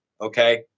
Okay